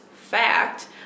fact